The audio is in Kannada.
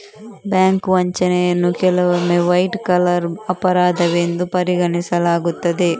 ಬ್ಯಾಂಕ್ ವಂಚನೆಯನ್ನು ಕೆಲವೊಮ್ಮೆ ವೈಟ್ ಕಾಲರ್ ಅಪರಾಧವೆಂದು ಪರಿಗಣಿಸಲಾಗುತ್ತದೆ